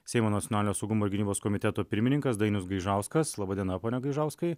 seimo nacionalinio saugumo ir gynybos komiteto pirmininkas dainius gaižauskas laba diena pone gaižauskai